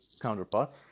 counterpart